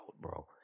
bro